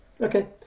Okay